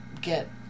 get